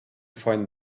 find